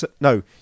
No